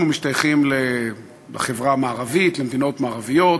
אנחנו משתייכים לחברה המערבית, למדינות מערביות,